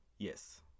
Yes